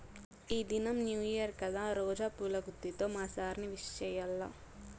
ఈ దినం new year కదా రోజా పూల గుత్తితో మా సార్ ని విష్ చెయ్యాల్ల